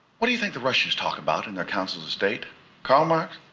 what do you think the russians talk about in their counsels of state karl marx?